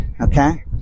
okay